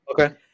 okay